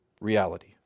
reality